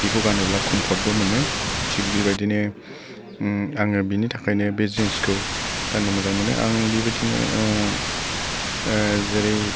बिखौ गानोब्ला खमफर्टबो मोनो थिक बेबायदिनो आङो बिनि थाखायनो बे जिन्सखौ गाननो मोजां मोनो आं बेबायदिनो जेरै